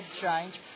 change